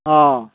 औ